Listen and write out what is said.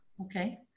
Okay